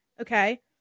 okay